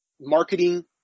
marketing